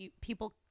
people